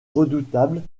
redoutables